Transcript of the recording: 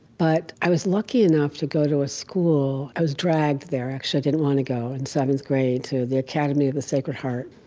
but i was lucky enough to go to a school i was dragged there, actually i didn't want to go in seventh grade to the academy of the sacred heart,